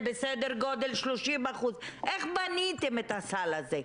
זה בסדר גודל 30% - איך בניתם את הסל הזה.